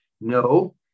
no